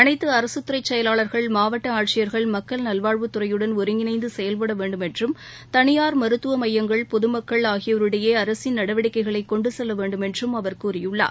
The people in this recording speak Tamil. அனைத்து அரசுத் துறை செயலாளர்கள் மாவட்ட ஆட்சியர்கள் மக்கள் நல்வாழ்வுத் துறையுடன் ஒருங்கிணைந்து செயல்பட வேண்டும் என்றம் தனியார் மருத்துவ மையங்கள் பொது மக்கள் ஆகியோரிடையே அரசின் நடவடிக்கைகளை கொண்டு செல்லவேண்டும் என்றும் அவர் கூறியுள்ளார்